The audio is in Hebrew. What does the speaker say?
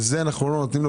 על זה אנחנו לא נותנים לו,